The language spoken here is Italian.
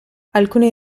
alcuni